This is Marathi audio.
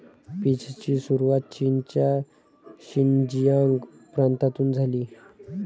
पीचची सुरुवात चीनच्या शिनजियांग प्रांतातून झाली